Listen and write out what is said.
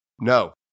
No